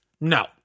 No